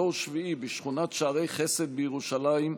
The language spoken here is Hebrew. דור שביעי בשכונת שערי חסר בירושלים,